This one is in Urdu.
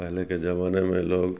پہلے کے زمانے میں لوگ